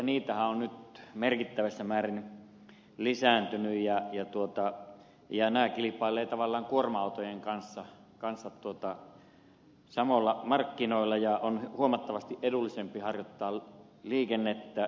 nehän ovat nyt merkittävässä määrin lisääntyneet ja ne kilpailevat tavallaan kuorma autojen kanssa samoilla markkinoilla ja on huomattavasti edullisempaa harjoittaa liikennettä